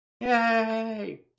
Yay